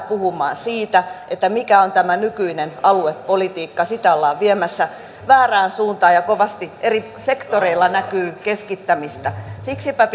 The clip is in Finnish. puhumaan siitä siitä mikä on tämä nykyinen aluepolitiikka sitä ollaan viemässä väärään suuntaan ja kovasti eri sektoreilla näkyy keskittämistä siksipä